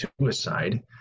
suicide